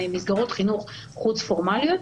מסגרות חינוך חוץ-פורמליות.